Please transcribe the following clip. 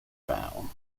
val